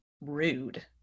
rude